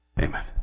Amen